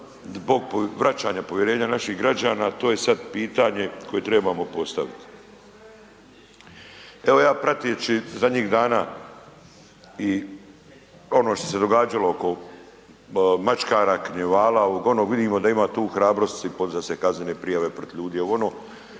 vraćanja povjerenja naših građana to je sad pitanje koje trebamo postaviti. Evo ja prateći zadnjih dana i ono što se događalo oko maškara, karnevala ovog onog vidimo da ima tu hrabrosti se i podizat se kaznene prijave protiv ljudi ovo ono.